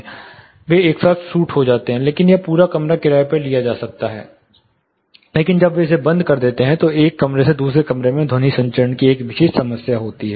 तो वे एक साथ सूट हो जाते हैं यह पूरा कमरा किराए पर लिया जाता है लेकिन जब वे इसे बंद करते हैं तो एक कमरे से दूसरे कमरे में ध्वनि संचरण की एक विशिष्ट समस्या होती है